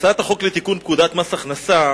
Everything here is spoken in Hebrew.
הצעת החוק לתיקון פקודת מס הכנסה,